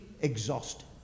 exhausted